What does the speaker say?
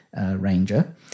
Ranger